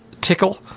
tickle